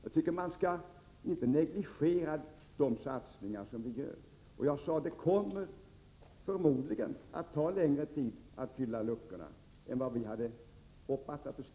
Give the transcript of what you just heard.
Jag tycker inte man skall negligera de satsningar som vi gör. Och jag sade att det förmodligen kommer att ta längre tid att fylla luckorna än vad vi hade hoppats.